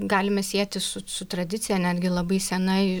galime sieti su su tradicija netgi labai sena